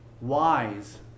wise